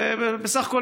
ובסך הכול,